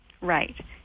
Right